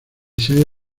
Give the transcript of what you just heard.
seis